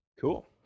Cool